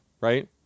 right